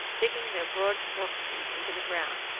digging their broad forked feet into the ground,